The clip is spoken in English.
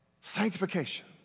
Sanctification